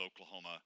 Oklahoma